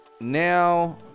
now